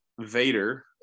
Vader